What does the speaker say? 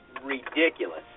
ridiculous